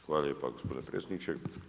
Hvala lijepo gospodine predsjedniče.